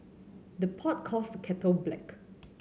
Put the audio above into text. the pot calls the kettle black